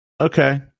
Okay